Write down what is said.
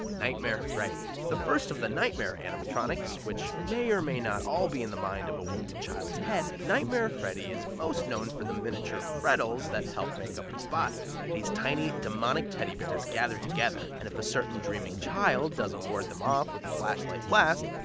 nightmare freddy. the first of the nightmare animatronics, which may or may not all be in the mind of a wounded child's head, nightmare freddy is most known for the miniature freddles that help make up his body. these tiny demonic teddy bears gather together, and if a certain dreaming child doesn't ward them off with a flashlight blast,